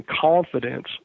confidence